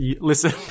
listen